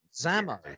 Zamo